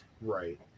Right